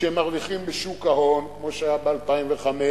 כשהם מרוויחים בשוק ההון כמו שהיה ב-2005,